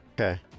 Okay